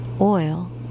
oil